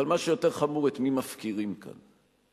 אבל מה שיותר חמור, את מי מפקירים כאן?